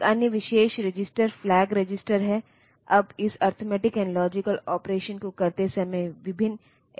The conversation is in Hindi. और असेंबलर से इसे मशीन लैंग्वेजमें परिवर्तित किया जाएगा